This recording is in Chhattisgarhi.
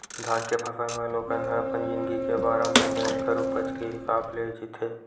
धान के फसल म लोगन ह अपन जिनगी के बारह महिना ऐखर उपज के हिसाब ले जीथे